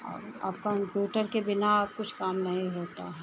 और अब कंप्यूटर के बिना अब कुछ काम नहीं होता है